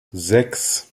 sechs